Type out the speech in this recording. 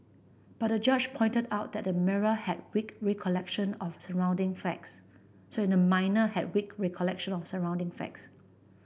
but the judge pointed out that the minor had weak recollection of surrounding facts so the minor had weak recollection of surrounding facts